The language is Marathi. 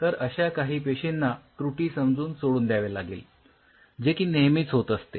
तर अश्या काही पेशींना त्रुटी समजून सोडून द्यावे लागेल जे की नेहमीच होत असते